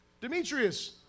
Demetrius